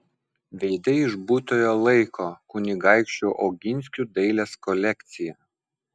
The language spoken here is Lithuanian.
veidai iš būtojo laiko kunigaikščių oginskių dailės kolekcija